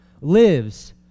lives